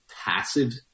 passive